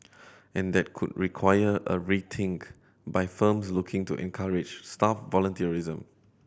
and that could require a rethink by firms looking to encourage staff volunteerism